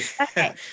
okay